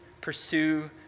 pursue